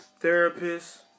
therapists